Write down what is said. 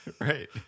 Right